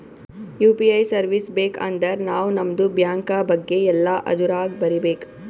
you P I service ಬೇಕ್ ಅಂದರ್ ನಾವ್ ನಮ್ದು ಬ್ಯಾಂಕ ಬಗ್ಗೆ ಎಲ್ಲಾ ಅದುರಾಗ್ ಬರೀಬೇಕ್